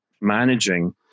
managing